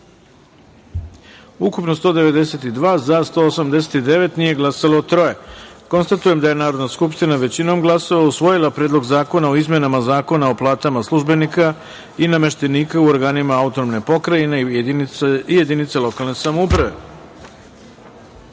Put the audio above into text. poslanika, za – 189, nije glasalo – troje. Konstatujem da je Narodna skupština, većinom glasova, usvojila Predlog zakona o izmenama Zakona o platama službenika i nameštenika u organima autonomne pokrajine i jedinice lokalne samouprave. Peta